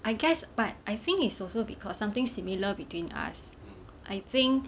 I guess but I think is also because something similar between us I think